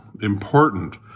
important